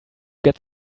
get